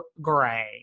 Gray